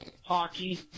hockey